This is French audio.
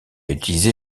utilisé